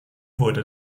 wurde